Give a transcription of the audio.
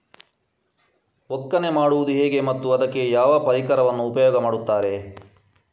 ಒಕ್ಕಣೆ ಮಾಡುವುದು ಹೇಗೆ ಮತ್ತು ಅದಕ್ಕೆ ಯಾವ ಪರಿಕರವನ್ನು ಉಪಯೋಗ ಮಾಡುತ್ತಾರೆ?